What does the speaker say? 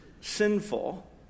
sinful